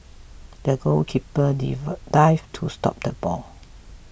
the goalkeeper div dived to stop the ball